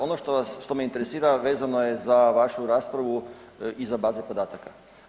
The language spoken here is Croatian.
Ono što me interesira vezano je za vašu raspravu i za baze podataka.